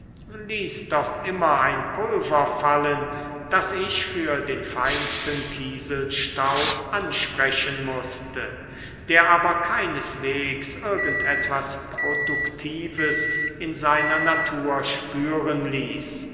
ließ doch immer ein pulver fallen das ich für den feinsten kieselstaub ansprechen mußte der aber keineswegs irgend etwas produktives in seiner natur spüren ließ